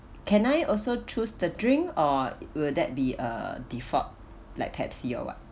can I also choose the drink or will that be uh default like pepsi or what